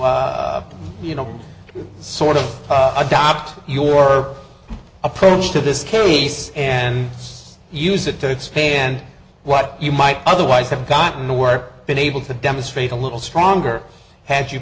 you know sort of adopt your approach to this case and use it to expand what you might otherwise have gotten to work been able to demonstrate a little stronger had you